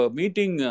meeting